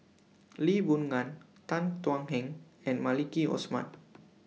Lee Boon Ngan Tan Thuan Heng and Maliki Osman